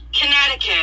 Connecticut